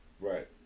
right